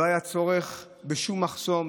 לא היה צורך בשום מחסום,